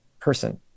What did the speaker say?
person